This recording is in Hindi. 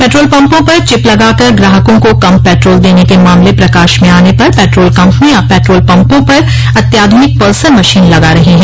पेट्रोल पम्पों पर चिप लगाकर ग्राहकों को कम पेट्रोल देने के मामले प्रकाश में आने पर पेट्रोल कम्पनियां ने पेट्रोल पम्पों पर अत्याधुनिक पल्सर मशीन लगा रही है